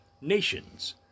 nations